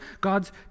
God's